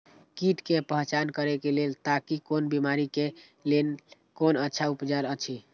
कीट के पहचान करे के लेल ताकि कोन बिमारी के लेल कोन अच्छा उपचार अछि?